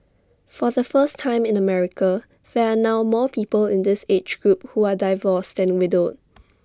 for the first time in America there are now more people in this age group who are divorced than widowed